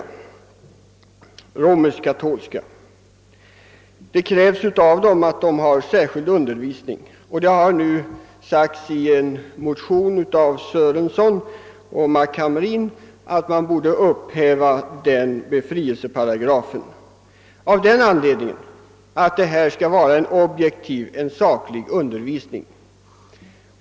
Det krävs av dem att de har särskild undervisning. Det har nu sagts i en motion av herrar Sörenson och Hamrin i Kalmar att man borde upphäva denna befrielseparagraf av den anledningen att det skall vara en objektiv, saklig undervisning.